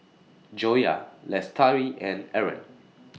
Joyah Lestari and Aaron